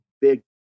big